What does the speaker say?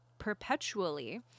Perpetually